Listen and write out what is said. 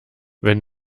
wenn